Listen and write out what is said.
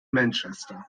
manchester